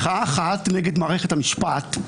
מחאה אחת נגד מערכת המשפט,